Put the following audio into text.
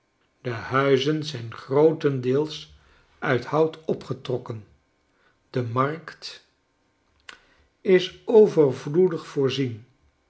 de huizen zijn grootendeels uit hout opgetrokken de markt is overvloedig voorzien